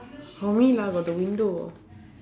for me lah got the window